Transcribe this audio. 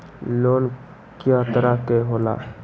Loan कय तरह के होला?